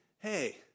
hey